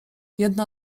jedna